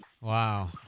Wow